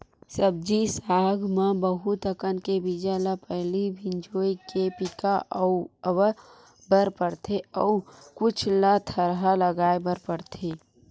सब्जी साग म बहुत अकन के बीजा ल पहिली भिंजोय के पिका अवा बर परथे अउ कुछ ल थरहा लगाए बर परथेये